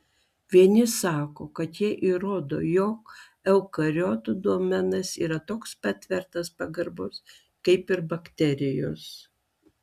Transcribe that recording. vieni sako kad jie įrodo jog eukariotų domenas yra toks pat vertas pagarbos kaip ir bakterijos